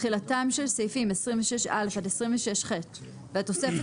"תחילתם של סעיפים 26א עד 26ח והתוספת